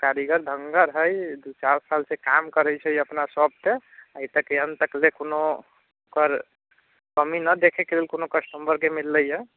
हँ कारीगर ढङ्गर हइ दू चारि सालसँ काम करै छै अपना शॉपपर आइ तक एखन तकलए कोनो ओकर कमीके नहि देखैके लेल कोनो कस्टमरके मिललै अइ